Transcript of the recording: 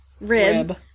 rib